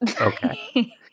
Okay